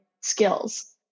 skills